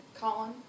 Colin